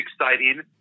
exciting